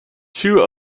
two